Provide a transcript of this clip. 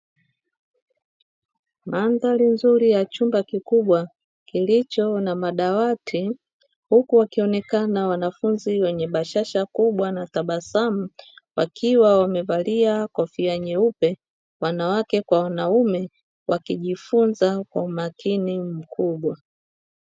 Mandhari nzuri ya chumba kikubwa kilicho na madawati, huku wakionekana wanafunzi wenye bashasha kubwa na tabasamu, wakiwa wamevalia kofia nyeupe, wanawake kwa wanaume, wakijifunza kwa umakini mkubwa.